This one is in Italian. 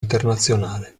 internazionale